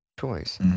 choice